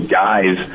guys